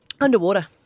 Underwater